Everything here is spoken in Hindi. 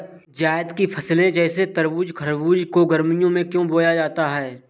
जायद की फसले जैसे तरबूज़ खरबूज को गर्मियों में क्यो बोया जाता है?